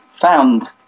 found